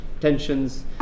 tensions